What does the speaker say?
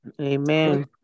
Amen